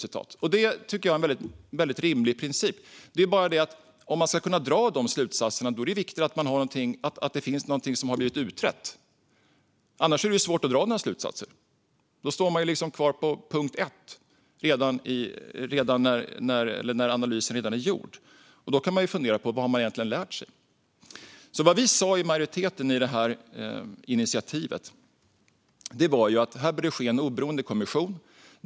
Det tycker jag är en rimlig princip. Det är bara det att om man ska kunna dra de slutsatserna är det viktigt att det finns något som blivit utrett. Annars är det svårt att dra några slutsatser. Då står man liksom kvar på punkt ett när analysen är gjord, och då kan man ju fundera på vad man egentligen har lärt sig. Vad vi i majoriteten för det här initiativet sa var att det bör tillsättas en oberoende kommission.